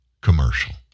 commercial